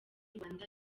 rwanda